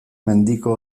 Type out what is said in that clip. mendiko